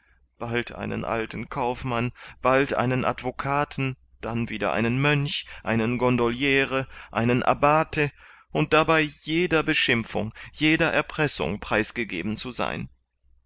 bald einen alten kaufmann bald einen advocaten dann wieder einen mönch einen gondoliere einen abbate und dabei jeder beschimpfung jeder erpressung preisgegeben zu sein